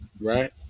Right